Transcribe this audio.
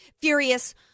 furious